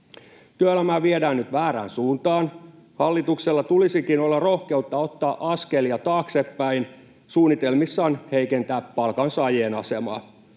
Työelämää viedään nyt väärään suuntaan. Hallituksella tulisikin olla rohkeutta ottaa askelia taaksepäin suunnitelmissaan heikentää palkansaajien asemaa.